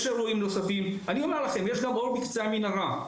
אז יש אירועים נוספים, אבל יש גם אור בקצה המנהרה.